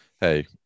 Hey